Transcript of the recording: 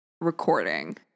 recording